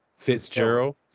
Fitzgerald